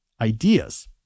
ideas